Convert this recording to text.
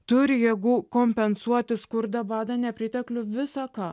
turi jėgų kompensuoti skurdą badą nepriteklių visa ką